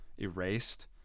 erased